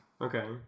Okay